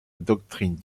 doctrine